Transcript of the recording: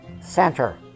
center